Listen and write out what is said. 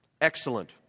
Excellent